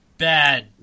Bad